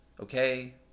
Okay